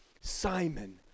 Simon